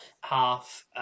half